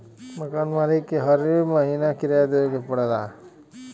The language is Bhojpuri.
मकान मालिक के हरे महीना किराया देवे पड़ऽला